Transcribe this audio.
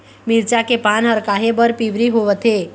मिरचा के पान हर काहे बर पिवरी होवथे?